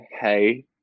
Hey